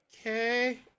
Okay